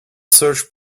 search